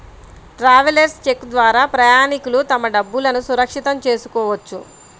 travellers cheque ద్వారా ప్రయాణికులు తమ డబ్బులును సురక్షితం చేసుకోవచ్చు